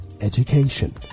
education